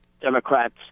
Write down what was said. Democrats